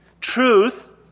Truth